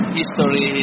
history